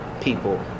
people